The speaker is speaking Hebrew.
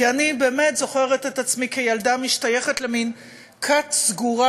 כי אני באמת זוכרת את עצמי כילדה משתייכת למין כת סגורה